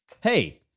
Hey